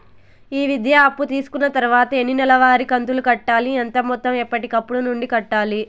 ఈ విద్యా అప్పు తీసుకున్న తర్వాత ఎన్ని నెలవారి కంతులు కట్టాలి? ఎంత మొత్తం ఎప్పటికప్పుడు నుండి కట్టాలి?